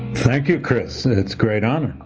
thank you, chris. it's great honor.